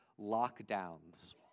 lockdowns